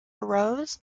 arose